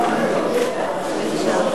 בבקשה.